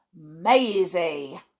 Maisie